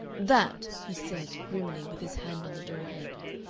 that, he said, grimly, with his hand on the door-handle,